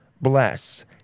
bless